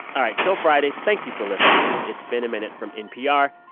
all right. until friday, thank you for listening to it's been a minute from npr.